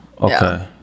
okay